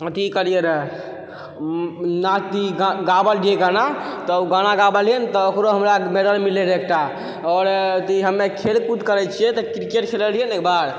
अथी करलियै रहै गाबल रहियै गाना तऽ ओ गाना गाबलियै ने तऽ ओकरो हमरा मैडल मिललै रै एकटा आओर हमे खेलकूद करै छियै तऽ क्रिकेट खेललियै ने एकबार